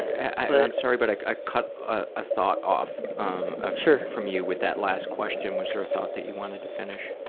i'm sorry, but i cut ah a thought off um ah from you with that last question. was there a thought that you wanted to finish?